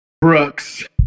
Brooks